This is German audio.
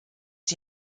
die